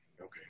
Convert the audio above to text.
Okay